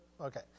okay